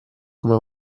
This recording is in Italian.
come